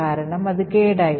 കാരണം അത് കേടായി